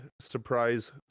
surprise